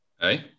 Hey